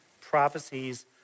prophecies